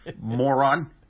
moron